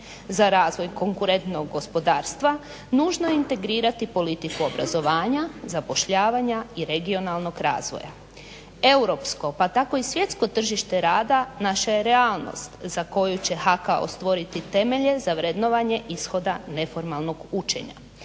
Za razvoj konkurentnog gospodarstva nužno je integrirati politiku obrazovanja, zapošljavanja i regionalnog razvoja. Europsko pa tako i svjetsko tržište rada naša je realnost za koju će HKO stvoriti temelje za vrednovanje ishoda neformalnog učenja,